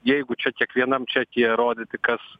jeigu čia kiekvienam čekyje rodyti kas